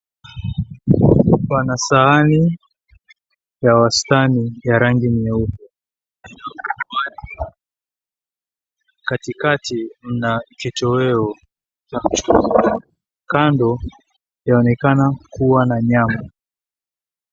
Pana sahani ya wastani ya rangi nyeupe katikati mna kitoweo cha kando yanaonekana kuwa na nyama.